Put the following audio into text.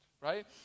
right